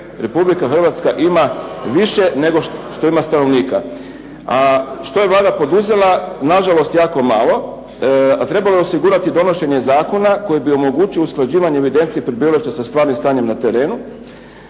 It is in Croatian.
Republika Hrvatska ima više nego što ima stanovnika. A što je Vlada poduzela? Nažalost jako malo, a trebalo je osigurati donošenje zakona koji bi omogućio usklađenje u evidenciji prebivališta sa stvarnim stanjem na terenu.